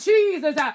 Jesus